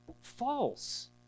False